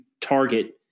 target